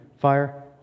fire